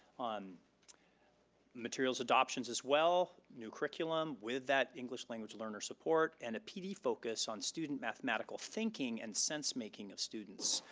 on materials adoptions as well, new curriculum, with that english language learner support and pd focus on student mathematical thinking and sense making with students.